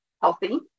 healthy